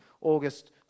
August